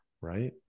right